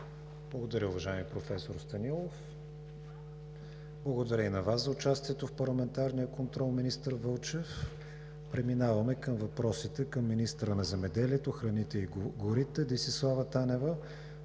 Благодаря, уважаеми професор Станилов. Благодаря и на Вас за участието в парламентарния контрол, министър Вълчев. Преминаваме към въпросите към министъра на земеделието, храните и горите Десислава Танева.